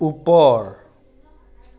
ওপৰ